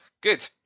Good